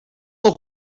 look